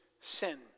sin